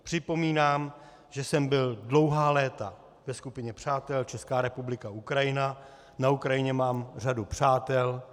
Připomínám, že jsem byl dlouhá léta ve Skupině přátel Česká republika Ukrajina, na Ukrajině mám řadu přátel.